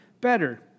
better